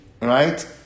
right